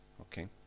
Okay